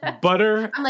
Butter